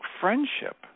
friendship